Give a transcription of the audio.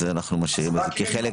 אז אנחנו משאירים את זה כחלק.